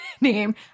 name